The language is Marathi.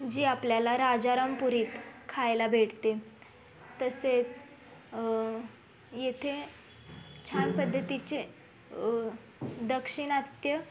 जी आपल्याला राजारामपुरीत खायला भेटते तसेच येथे छान पद्धतीचे दक्षिणात्य